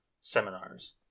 seminars